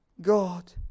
god